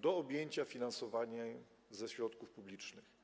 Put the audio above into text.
do objęcia finansowaniem ze środków publicznych.